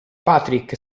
patrick